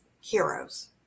heroes